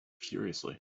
furiously